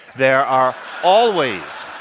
there are always